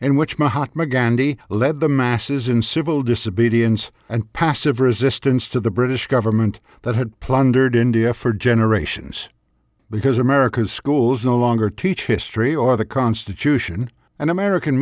gandhi led the masses in civil disobedience and passive resistance to the british government that had plundered india for generations because america's schools no longer teach history or the constitution and american